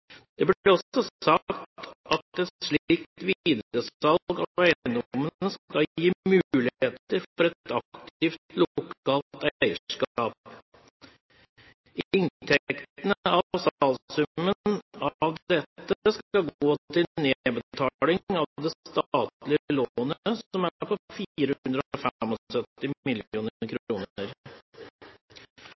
Det ble også sagt at et slikt videresalg av eiendommene skal gi muligheter for et aktivt lokalt eierskap. Inntektene fra salget skal gå til nedbetaling av det statlige lånet, som er på